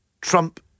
Trump